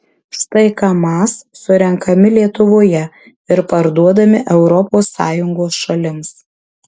štai kamaz surenkami lietuvoje ir parduodami europos sąjungos šalims